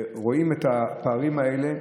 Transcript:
רואים את הפערים האלה.